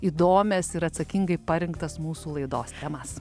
įdomias ir atsakingai parinktas mūsų laidos temas